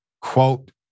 Quote